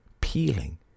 peeling